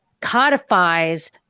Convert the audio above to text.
codifies